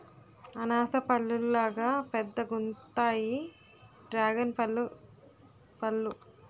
అనాస పల్లులాగా పెద్దగుంతాయి డ్రేగన్పల్లు పళ్ళు